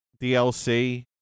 DLC